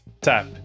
tap